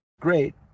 great